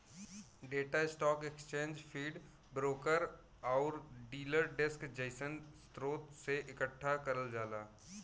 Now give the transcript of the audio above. data stock exchange feed, broker आउर dealer desk जइसन स्रोत से एकठ्ठा करल जाला